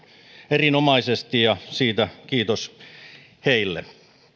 erinomaisesti ja siitä kiitos heille